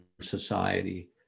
society